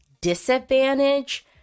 disadvantage